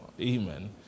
amen